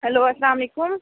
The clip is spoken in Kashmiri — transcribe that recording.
ہیلو السلامُ علیکُم